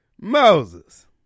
moses